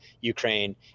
ukraine